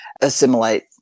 assimilate